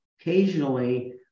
occasionally